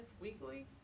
weekly